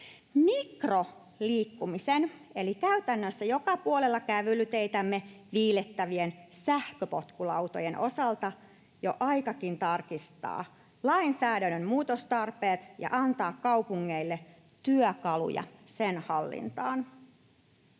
Mikroliikkumisen eli käytännössä joka puolella kävelyteitämme viilettävien sähköpotkulautojen osalta on jo aikakin tarkistaa lainsäädännön muutostarpeet ja antaa kaupungeille työkaluja sen hallintaan.